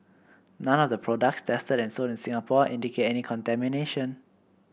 none of the products tested and sold in Singapore indicate any contamination